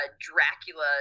Dracula